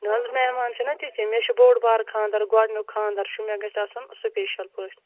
نہ حظ مہمان چھِنہ تِتھی مےٚ چھُ بوٚڈ بارٕ خاندَر گۄڈٕنیُک خاندَر چھُ مےٚ گژھِ آسُن سُپیشَل پٲٹھۍ